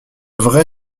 vrai